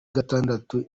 gatandatu